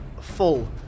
full